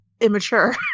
immature